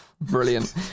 Brilliant